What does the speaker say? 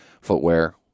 Footwear